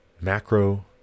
macro